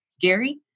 Gary